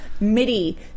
Midi